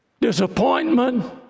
disappointment